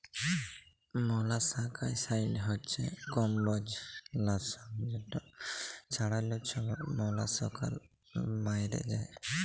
molluscicide হছে কমবজ লাসক যেট ছড়াল্যে ছব মলাসকালা ম্যইরে যায়